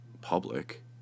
public